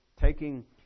taking